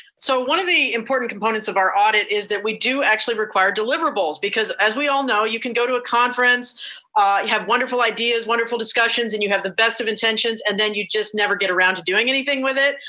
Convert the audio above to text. so one of the important components of our audit is that we do actually require deliverables because as we all know, you can go to a conference, you have wonderful ideas, wonderful discussions, and you have the best of intentions, and then you just never get around to doing anything with it.